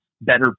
better